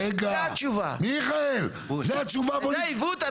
זה עיוות?